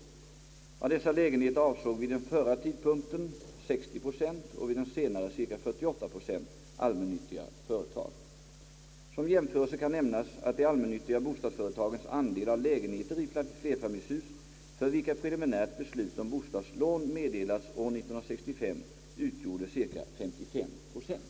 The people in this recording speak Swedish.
Av dessa lägenheter avsåg vid den förra tidpunkten ca 60 procent och vid den senare ca 48 procent allmännyttiga företag. Som jämförelse kan nämnas att de allmännyttiga bostadsföretagens andel av lägenheter i flerfamiljshus för vilka preliminärt beslut om bostadslån meddelats år 1965 utgjorde ca 55 procent.